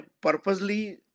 purposely